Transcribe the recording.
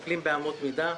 אנחנו מטפלים באמות מידה.